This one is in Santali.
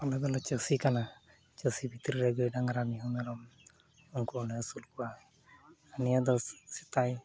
ᱟᱞᱮ ᱫᱚᱞᱮ ᱪᱟᱹᱥᱤ ᱠᱟᱱᱟ ᱪᱟᱹᱥᱤ ᱵᱷᱤᱛᱨᱤᱨᱮ ᱜᱟᱹᱭ ᱰᱟᱝᱜᱽᱨᱟ ᱢᱤᱦᱩ ᱢᱮᱨᱚᱢ ᱩᱝᱠᱩ ᱦᱚᱸᱞᱮ ᱟᱹᱥᱩᱞ ᱠᱚᱣᱟ ᱱᱤᱭᱟᱹᱫᱚ ᱥᱮᱫᱟᱭ